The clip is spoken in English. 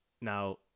Now